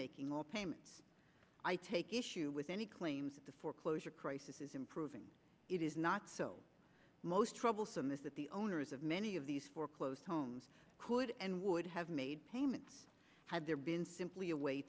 making all payments i take issue with any claims of the foreclosure crisis is improving it is not so most troublesome is that the owners of many of these foreclosed homes could and would have made payments had there been simply a way